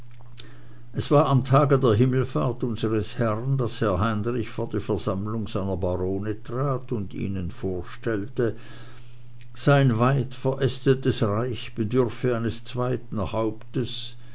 es war am tage der himmelfahrt unseres herrn daß herr heinrich vor die versammlung seiner barone trat und ihnen vorstellte sein weit verästetes reich bedürfe eines zweiten hauptes